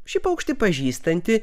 šį paukštį pažįstantį